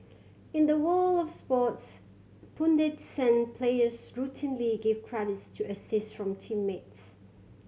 in the world of sports pundits and players routinely give credits to assist from teammates